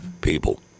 People